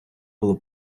було